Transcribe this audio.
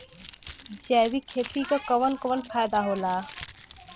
जैविक खेती क कवन कवन फायदा होला?